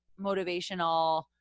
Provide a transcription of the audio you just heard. motivational